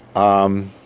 on?